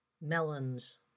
melons